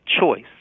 choice